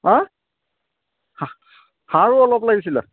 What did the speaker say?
সাৰো অলপ লাগিছিলে